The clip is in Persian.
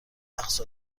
اقصا